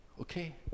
okay